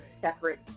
separate